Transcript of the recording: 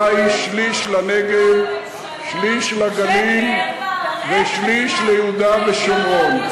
שליש לנגב, שליש לגליל ושליש ליהודה ושומרון.